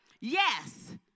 Yes